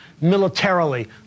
militarily